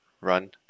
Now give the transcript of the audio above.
run